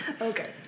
Okay